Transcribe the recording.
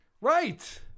Right